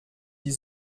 die